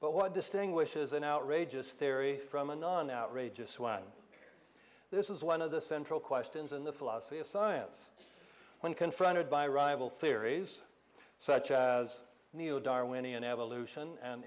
but what distinguishes an outrageous theory from a non outrageous one this is one of the central questions in the philosophy of science when confronted by rival theories such as new darwinian evolution and